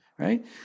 right